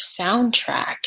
soundtrack